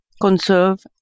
conserve